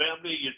family